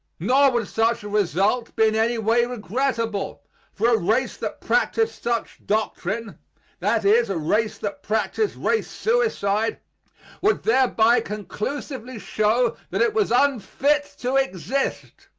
nor would such a result be in any way regrettable for a race that practised such doctrine that is, a race that practised race suicide would thereby conclusively show that it was unfit to exist,